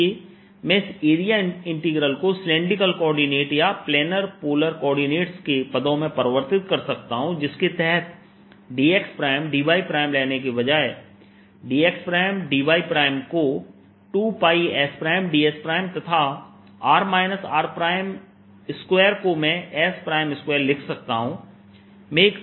इसलिए मैं इस एरिया इंटीग्रल को सिलैंडरिकल कोऑर्डिनेट या प्लानर पोलर कोऑर्डिनेट के पदों में परिवर्तित कर सकता हूं जिसके तहत dx dy लेने के बजाय dx dy को 2sds तथा r r2को मैं s2 लिख सकता हूं